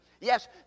Yes